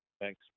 Thanks